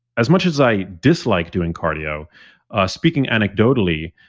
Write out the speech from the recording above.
as much as i dislike doing cardio speaking anecdotally,